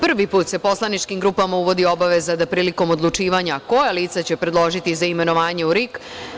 Prvi put se poslaničkim grupama uvodi obaveza da prilikom odlučivanja koja lica će predložiti za imenovanje u RIK…